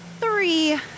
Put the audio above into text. Three